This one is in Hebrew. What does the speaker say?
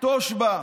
תושב"ע,